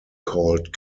called